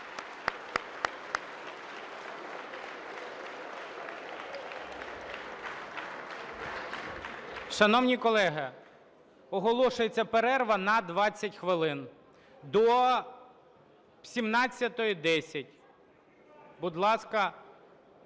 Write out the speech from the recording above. Шановні колеги, оголошується перерва на 20 хвилин, до 17:10.